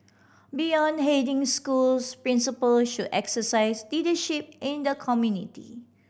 beyond heading schools principal should exercise leadership in the community